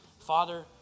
Father